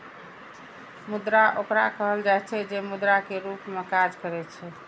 मुद्रा ओकरा कहल जाइ छै, जे मुद्रा के रूप मे काज करै छै